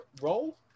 roll